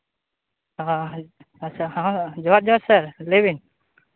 ᱚᱻ ᱟᱪᱪᱷᱟ ᱡᱚᱦᱟᱨ ᱡᱚᱦᱟᱨ ᱥᱮᱨ ᱞᱟᱹᱭᱵᱤᱱ